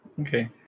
Okay